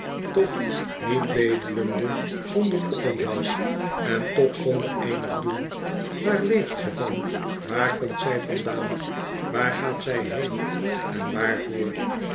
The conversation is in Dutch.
toch niet bedelende zonder oponthoud en toch zonder eenig doel waar leeft ze van waar komt zij vandaan waar gaat zij heen en waarvoor